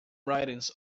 ridings